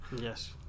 yes